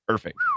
Perfect